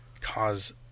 cause